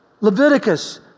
Leviticus